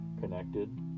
connected